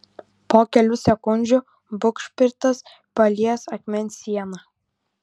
po kelių sekundžių bugšpritas palies akmens sieną